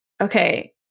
okay